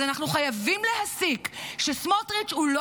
אז אנחנו חייבים להסיק שסמוטריץ' הוא לא